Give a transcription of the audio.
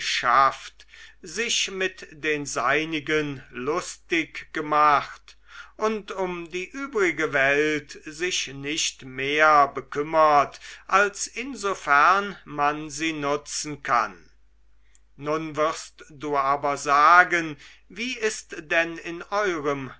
geschafft sich mit den seinigen lustig gemacht und um die übrige welt sich nicht mehr bekümmert als insofern man sie nutzen kann nun wirst du aber sagen wie ist denn in eurem